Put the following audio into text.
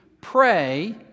pray